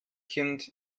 kind